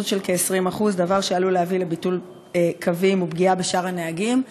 קיצוץ של כ-20% דבר שעלול להביא לביטול קווים ולפגיעה בשאר הנהגים.